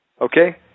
Okay